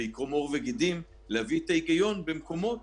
יקרום עור וגידים להביא את ההיגיון במקומות